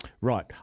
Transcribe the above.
Right